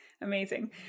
Amazing